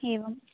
एवम्